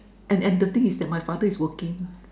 and and the thing is that my father is working